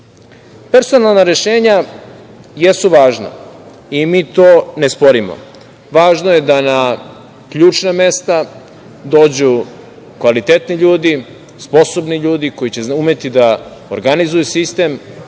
nas. Personalna rešenja jesu važna i mi to ne sporimo. Važno je da na ključna mesta dođu kvalitetni ljudi, sposobni ljudi koji će umeti da organizuju sistem